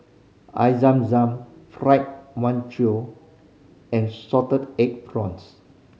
I zam zam Fried Mantou and salted egg prawns